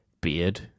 beard